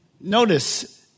notice